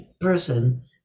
person